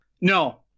No